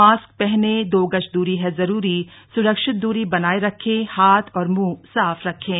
mask पहने दो गज की दूरी है जरूरी सुरक्षित दूरी बनाए रखें हाथ और मुंह साफ रखें